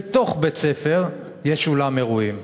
בתוך בית-הספר יש אולם אירועים.